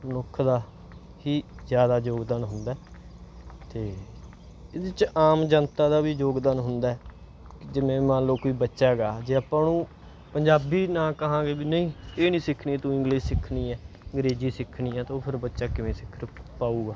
ਮਨੁੱਖ ਦਾ ਹੀ ਜ਼ਿਆਦਾ ਯੋਗਦਾਨ ਹੁੰਦਾ ਅਤੇ ਇਹਦੇ 'ਚ ਆਮ ਜਨਤਾ ਦਾ ਵੀ ਯੋਗਦਾਨ ਹੁੰਦਾ ਜਿਵੇਂ ਮੰਨ ਲਓ ਕੋਈ ਬੱਚਾ ਗਾ ਜੇ ਆਪਾਂ ਉਹਨੂੰ ਪੰਜਾਬੀ ਨਾ ਕਹਾਂਗੇ ਵੀ ਨਹੀਂ ਇਹ ਨਹੀਂ ਸਿੱਖਣੀ ਤੂੰ ਇੰਗਲਿਸ਼ ਸਿੱਖਣੀ ਹੈ ਅੰਗਰੇਜ਼ੀ ਸਿੱਖਣੀ ਹੈ ਅਤੇ ਉਹ ਫਿਰ ਬੱਚਾ ਕਿਵੇਂ ਸਿੱਖ ਪਾਊਗਾ